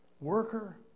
worker